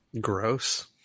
Gross